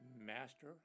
master